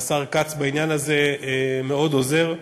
והשר כץ בעניין הזה מאוד עוזר,